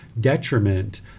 detriment